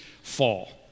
fall